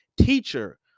teacher